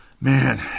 Man